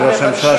אדוני ראש הממשלה,